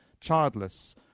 childless